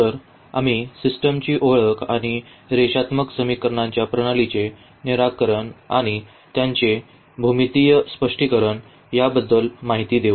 तर आम्ही सिस्टमची ओळख आणि रेषात्मक समीकरणांच्या प्रणालीचे निराकरण आणि त्यांचे भूमितीय स्पष्टीकरण याबद्दल माहिती देऊ